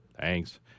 Thanks